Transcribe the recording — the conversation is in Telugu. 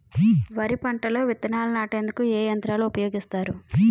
వరి పంటలో విత్తనాలు నాటేందుకు ఏ యంత్రాలు ఉపయోగిస్తారు?